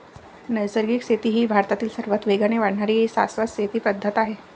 नैसर्गिक शेती ही भारतातील सर्वात वेगाने वाढणारी शाश्वत शेती पद्धत आहे